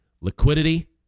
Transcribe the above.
liquidity